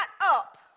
up